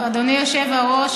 אדוני היושב-ראש,